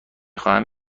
خواهم